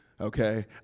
Okay